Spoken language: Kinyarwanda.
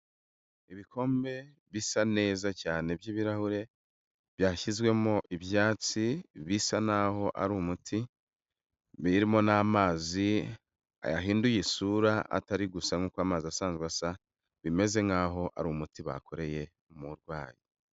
Ibikombe bisa neza cyane by'ibirahure byashyizwemo ibyatsi bisa n'aho ari umuti birimo n'amazi yahinduye isura atari gusa nk'amazi asanzwe asa, bimeze nk'aho ari umuti bakoreye umurwayi.